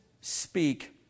speak